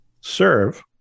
Serve